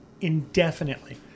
indefinitely